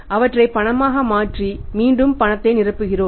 அவற்றை பணமாக மாற்றி மீண்டும் பணத்தை நிரப்புகிறோம்